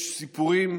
יש סיפורים